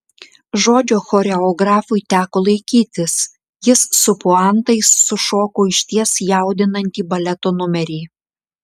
žodžio choreografui teko laikytis jis su puantais sušoko išties jaudinantį baleto numerį